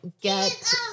get